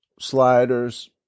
sliders